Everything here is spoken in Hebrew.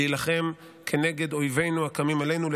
להילחם כנגד אויבינו הקמים עלינו,